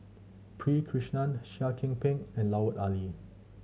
P Krishnan Seah Kian Peng and Lut Ali